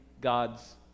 God's